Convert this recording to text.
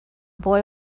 boy